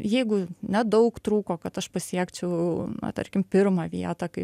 jeigu nedaug trūko kad aš pasiekčiau na tarkim pirmą vietą kaip